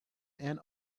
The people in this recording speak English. and